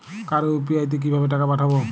কারো ইউ.পি.আই তে কিভাবে টাকা পাঠাবো?